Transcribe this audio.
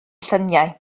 lluniau